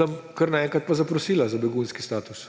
tam kar naenkrat pa zaprosila za begunski status.